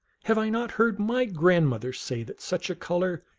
have i not heard my grandmother say that such a color,